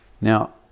Now